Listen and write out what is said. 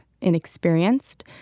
inexperienced